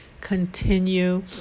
continue